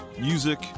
music